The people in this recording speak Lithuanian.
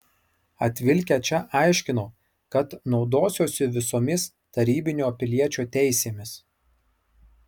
atvilkę čia aiškino kad naudosiuosi visomis tarybinio piliečio teisėmis